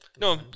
No